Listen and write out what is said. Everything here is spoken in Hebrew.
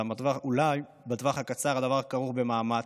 אולי בטווח הקצר הדבר כרוך במאמץ,